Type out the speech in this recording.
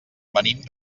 venim